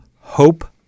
Hope